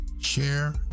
share